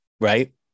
right